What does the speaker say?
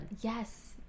yes